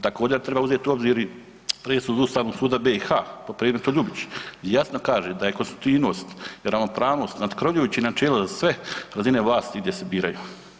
Također treba uzeti u obzir i presudu Ustavnog suda BiH po predmetu Ljubić gdje jasno kaže da je konstitutivnost i ravnopravnost natkrovljujuće načelo za sve razine vlasti gdje se biraju.